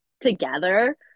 together